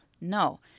no